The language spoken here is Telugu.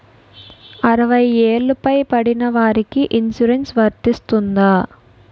అరవై ఏళ్లు పై పడిన వారికి ఇన్సురెన్స్ వర్తిస్తుందా?